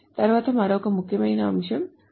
తరువాత మరొక ముఖ్యమైన అంశం చూస్తాము